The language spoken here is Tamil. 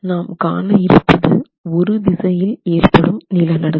நாம் காண இருப்பது ஒரு திசையில் ஏற்படும் நிலநடுக்கம்